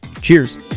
Cheers